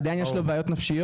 יש לו עדיין בעיות נפשיות,